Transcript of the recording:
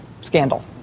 scandal